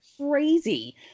Crazy